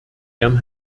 gerne